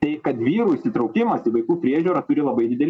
tai kad vyrų įsitraukimas į vaikų priežiūrą turi labai didelį